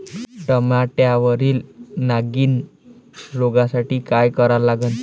टमाट्यावरील नागीण रोगसाठी काय करा लागन?